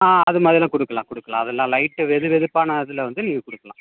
ஆ அது மாதிரிலாம் கொடுக்கலாம் கொடுக்கலாம் அதெல்லாம் லைட்டு வெதுவெதுப்பான இதில் வந்து நீங்கள் கொடுக்கலாம்